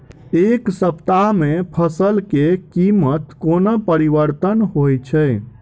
एक सप्ताह मे फसल केँ कीमत कोना परिवर्तन होइ छै?